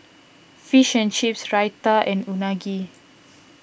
Fish and Chips Raita and Unagi